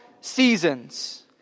seasons